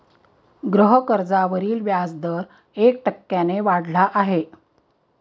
गृहकर्जावरील व्याजदर एक टक्क्याने वाढला आहे